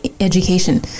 education